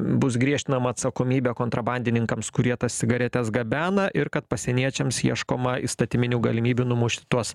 bus griežtinama atsakomybė kontrabandininkams kurie tas cigaretes gabena ir kad pasieniečiams ieškoma įstatyminių galimybių numušti tuos